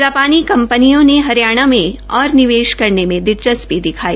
जापानी कंपनियों ने हरियाणा में और निवेश करने में दिलचस्पी दिखाई